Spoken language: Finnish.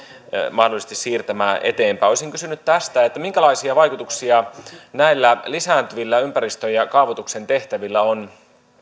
mahdollisesti siirtämään eteenpäin olisin kysynyt tästä minkälaisia vaikutuksia näillä lisääntyvillä ympäristö ja kaavoituksen tehtävillä on